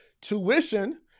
Tuition